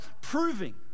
proving